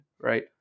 right